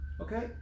Okay